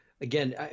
again